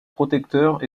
protecteurs